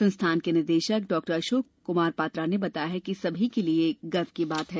संस्थान के निदेशक डॉ अशोक कुमार पात्रा ने बताया है कि सभी के लिए यह गर्व की बात है